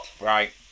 Right